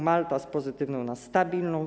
Malta - z pozytywnej na stabilną.